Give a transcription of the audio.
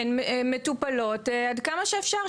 הן מטופלות עד כמה שאפשר,